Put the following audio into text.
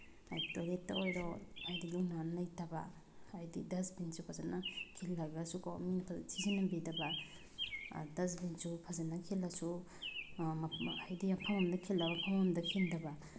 ꯇꯣꯏꯂꯦꯠꯇ ꯑꯣꯏꯔꯣ ꯍꯥꯏꯗꯤ ꯂꯨꯅ ꯅꯥꯟꯅ ꯂꯩꯇꯕ ꯍꯥꯏꯗꯤ ꯗꯁꯕꯤꯟꯁꯨ ꯐꯖꯅ ꯈꯤꯜꯂꯒꯁꯨꯀꯣ ꯃꯤꯅ ꯐꯖꯅ ꯁꯤꯖꯤꯟꯅꯕꯤꯗꯕ ꯗꯁꯕꯤꯟꯁꯨ ꯐꯖꯅ ꯈꯤꯜꯂꯁꯨ ꯍꯥꯏꯗ ꯃꯐꯝ ꯑꯃ ꯈꯤꯜꯂꯒ ꯃꯐꯝ ꯑꯃꯗ ꯈꯤꯟꯗꯕ